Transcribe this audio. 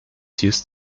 used